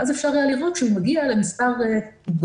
ואז אפשר היה לראות שהוא מגיע למספר נדבקים